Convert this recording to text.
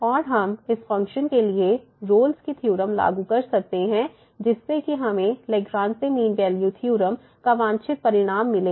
और हम इस फंक्शन के लिए रोल्स की थ्योरम Rolle's theorem लागू कर सकते हैं जिससे कि हमें लैग्रांज मीन वैल्यू थ्योरम का वांछित परिणाम मिला